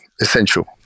essential